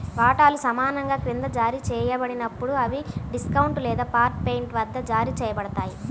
వాటాలు సమానంగా క్రింద జారీ చేయబడినప్పుడు, అవి డిస్కౌంట్ లేదా పార్ట్ పెయిడ్ వద్ద జారీ చేయబడతాయి